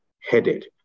headed